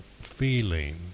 feeling